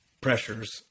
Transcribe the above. pressures